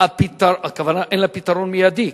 הכוונה שאין לה פתרון מיידי,